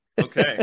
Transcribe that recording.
okay